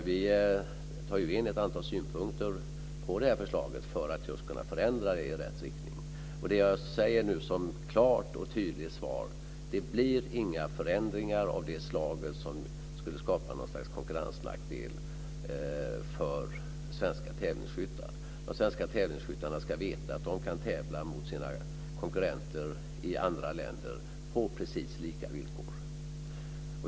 Vi tar in ett antal synpunkter på detta förslag för att just kunna förändra det i rätt riktning. Det jag säger nu - ett klart och tydligt svar - är att det inte blir några förändringar av ett slag som skulle kunna skapa konkurrensnackdel för svenska tävlingsskyttar. De svenska tävlingsskyttarna ska veta att de kan tävla mot sina konkurrenter i andra länder på precis lika villkor.